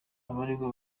abaregwa